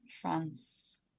France